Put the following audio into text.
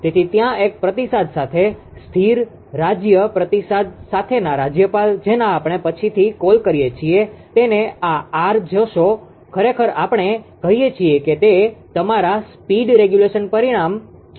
તેથી ત્યાં એક પ્રતિસાદ સાથે સ્થિર રાજ્ય પ્રતિસાદ સાથેના રાજ્યપાલ જેને આપણે પછીથી કોલ કરીએ છીએ તેને આ આર જોશે ખરેખર આપણે કહીએ છીએ કે તે તમારા સ્પીડ રેગ્યુલેશન પરિમાણ છે